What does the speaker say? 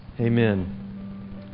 Amen